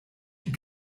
die